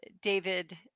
David